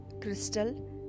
crystal